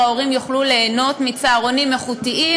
ההורים יוכלו ליהנות מצהרונים איכותיים,